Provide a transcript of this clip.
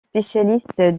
spécialiste